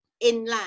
inland